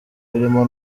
birimo